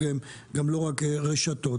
גם לא רק רשתות.